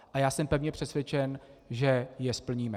A já jsem pevně přesvědčen, že je splníme.